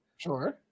Sure